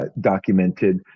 documented